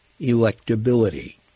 electability